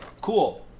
Cool